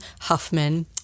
Huffman